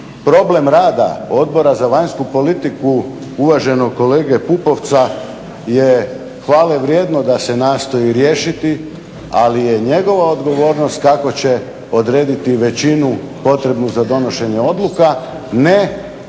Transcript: problem rada Odbora za vanjsku politiku uvaženog kolege Pupovca je hvale vrijedno da se nastoji riješiti ali je njegova odgovornost kako će odrediti većinu potrebnu za donošenje odluka ne na